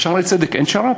ב"שערי צדק" אין שר"פ?